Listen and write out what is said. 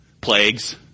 Plagues